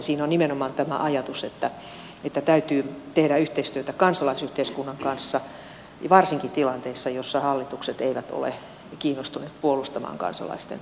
siinä on nimenomaan tämä ajatus että täytyy tehdä yhteistyötä kansalaisyhteiskunnan kanssa varsinkin tilanteissa joissa hallitukset eivät ole kiinnostuneet puolustamaan kansalaisten